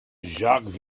jacques